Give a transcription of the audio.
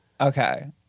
Okay